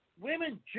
women